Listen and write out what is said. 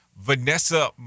Vanessa